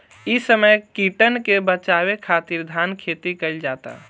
इ समय कीटन के बाचावे खातिर धान खेती कईल जाता